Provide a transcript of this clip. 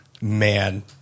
man